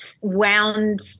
wound